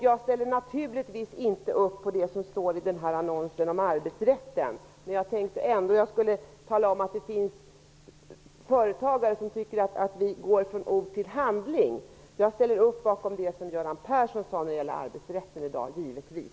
Jag ställer naturligtvis inte upp på det som står i annonsen om arbetsrätten, men jag tänkte ändå att jag skulle tala om att det finns företagare som tycker att vi går från ord till handling. Jag ställer mig givetvis bakom det som Göran Persson i dag sade när det gäller arbetsrätten.